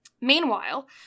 Meanwhile